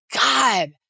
God